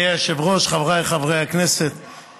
אדוני היושב-ראש, חבריי חברי הכנסת,